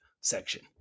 section